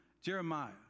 Jeremiah